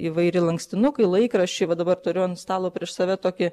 įvairi lankstinukai laikraščiai va dabar turiu ant stalo prieš save tokį